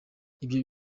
ibyo